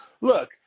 look